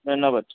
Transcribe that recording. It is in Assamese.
ধন্যবাদ